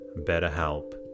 BetterHelp